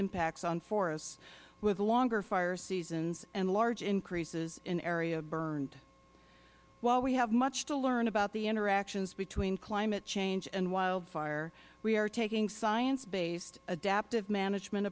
impacts on forests with longer fire seasons and large increases in areas burned while we have much to learn about the interactions between climate change and wildfire we are taking science based adaptive management